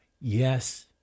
Yes